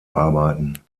arbeiten